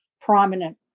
prominent